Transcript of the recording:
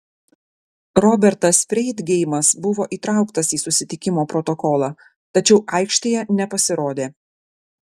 robertas freidgeimas buvo įtrauktas į susitikimo protokolą tačiau aikštėje nepasirodė